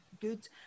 good